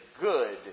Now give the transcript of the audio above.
good